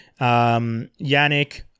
Yannick